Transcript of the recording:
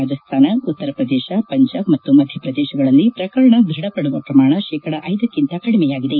ರಾಜಸ್ಥಾನ ಉತ್ತರ ಪ್ರದೇಶ ಪಂಜಾಬ್ ಮತ್ತು ಮಧ್ಯಪ್ರದೇಶಗಳಲ್ಲಿ ಪ್ರಕರಣ ದೃಢ ಪಡುವ ಪ್ರಮಾಣ ಶೇಕಡ ನ್ಕಿಂತ ಕಡಿಮೆಯಾಗಿದೆ